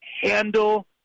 handle